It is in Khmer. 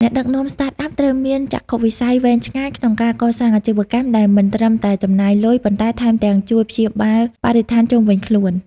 អ្នកដឹកនាំ Startup ត្រូវមានចក្ខុវិស័យវែងឆ្ងាយក្នុងការកសាងអាជីវកម្មដែលមិនត្រឹមតែចំណេញលុយ ប៉ុន្តែថែមទាំងជួយព្យាបាលបរិស្ថានជុំវិញខ្លួន។